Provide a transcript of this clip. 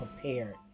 prepared